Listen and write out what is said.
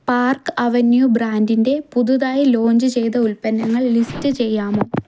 park Avenue ബ്രാൻറ്റിന്റെ പുതുതായി launch ചെയ്ത ഉൽപ്പന്നങ്ങൾ ലിസ്റ്റ് ചെയ്യാമോ